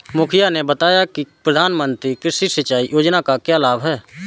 मुखिया ने बताया कि प्रधानमंत्री कृषि सिंचाई योजना का क्या लाभ है?